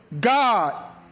God